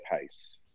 pace